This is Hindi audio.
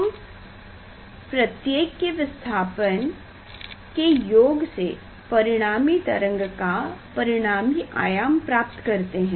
हम प्रत्येक के विस्थापन के योग से परिणामी तरंग का परिणामी आयाम प्राप्त करते हैं